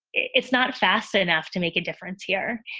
it's not fast enough to make a difference here.